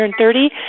130